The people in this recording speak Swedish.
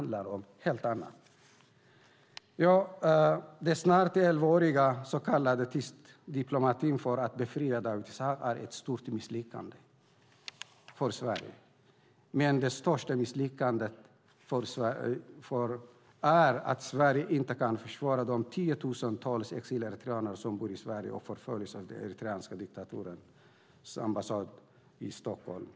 Den snart elvaåriga så kallade tysta diplomatin för att befria Dawit Isaak är ett stort misslyckande för Sverige. Det största misslyckandet är att Sverige inte kan försvara de tiotusentals exileritreaner som bor i Sverige och förföljs av den eritreanska diktaturens ambassad i Stockholm.